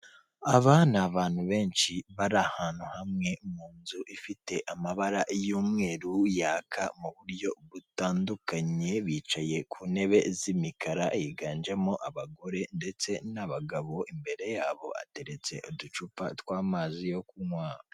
Aba ni abantu benshi bari ahantu hamwe mu nzu ifite amabara y'umweru yaka mu buryo butandukanye, bicaye ku ntebe z'imikara higanjemo abagore ndetse n'abagabo, imbere yabo hateretse uducupa tw'amazi yo kunywa.